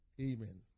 Amen